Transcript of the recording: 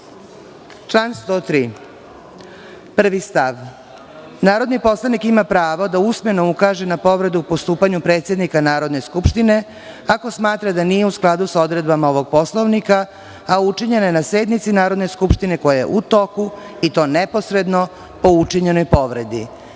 103. prvi stav - Narodni poslanik ima pravo da usmeno ukaže na povredu postupanja predsednika Narodne skupštine, ako smatra da nije u skladu sa odredbama ovog Poslovnika, a učinjena je na sednici Narodne skupštine koja je u toku, i to neposredno po učinjenoj povredi.